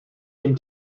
dem